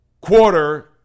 quarter